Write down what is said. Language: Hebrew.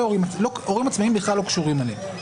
שהורים עצמאיים בכלל לא קשורים אליהן.